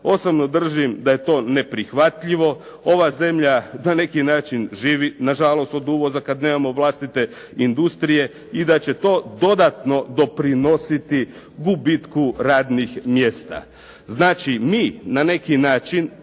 Osobno držim da je to neprihvatljivo, ova zemlja na neki način živi nažalost od uvoza kad nemamo vlastite industrije i da će to dodatno doprinositi gubitku radnih mjesta. Znači, mi na neki način